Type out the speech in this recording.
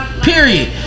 Period